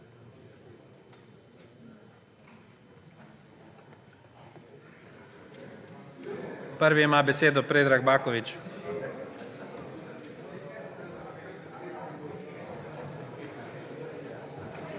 Prvi ima besedo Predrag Baković.